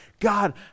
God